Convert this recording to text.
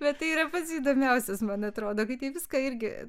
bet tai yra pats įdomiausias man atrodo kad į viską irgi